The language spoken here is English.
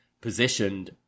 positioned